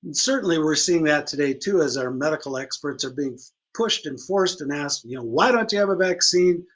certainly we're seeing that today too as our medical experts of being pushed and forced and asked, you know, why don't you have a vaccine,